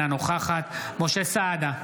אינה נוכחת משה סעדה,